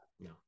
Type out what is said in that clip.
No